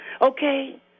okay